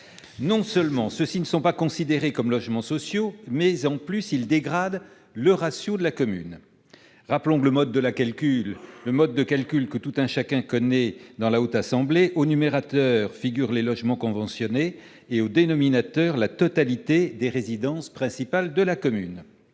Non seulement ces logements ne sont pas considérés comme des logements sociaux, mais leur prise en compte dégrade de surcroît le ratio de la commune. Rappelons le mode de calcul que tout un chacun connaît au sein de la Haute Assemblée : au numérateur figurent les logements conventionnés, au dénominateur, la totalité des résidences principales de la commune.